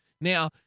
Now